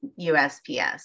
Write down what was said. USPS